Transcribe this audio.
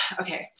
Okay